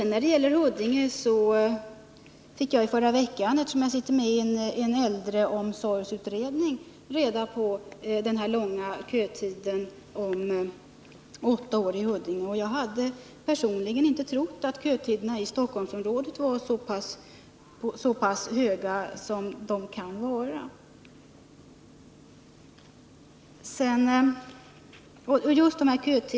När det gäller Huddinge fick jagi förra veckan, eftersom jag sitter med i en äldreomsorgsutredning, reda på att man hade denna långa kötid — åtta år — i Huddinge. Jag hade personligen inte trott att kötiderna i Stockholmsområdet var så pass långa som de kan vara.